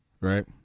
right